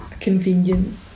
convenient